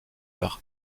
leur